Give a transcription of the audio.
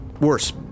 worse